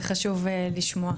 זה חשוב לשמוע.